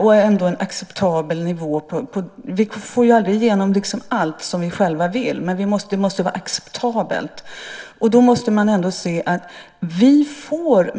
Vi får aldrig igenom allt som vi själva vill, men det måste vara acceptabelt.